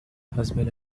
husband